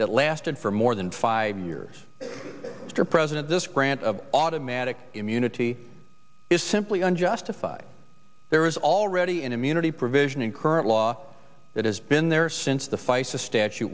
that lasted for more than five years mr president this grant of automatic immunity is simply unjustified there is already an immunity provision in current law that has been there since the feis a statu